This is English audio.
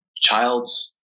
child's